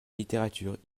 littérature